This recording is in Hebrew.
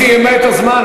היא סיימה את הזמן,